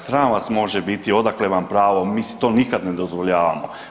Sram vas može biti, odakle vam pravo, mi si to nikad ne dozvoljavamo.